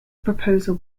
proposal